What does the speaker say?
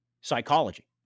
psychology